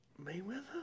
mayweather